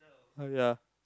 ah ya